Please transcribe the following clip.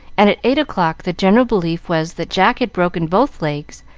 and at eight o'clock the general belief was that jack had broken both legs,